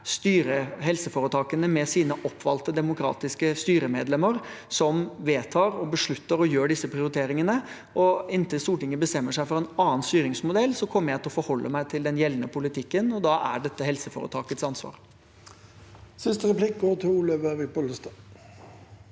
er helseforetakene, med sine demokratisk valgte styremedlemmer, som vedtar, beslutter og gjør disse prioriteringene. Inntil Stortinget bestemmer seg for en annen styringsmodell, kommer jeg til å forholde meg til den gjeldende politikken. Da er dette helseforetakets ansvar. Olaug Vervik Bollestad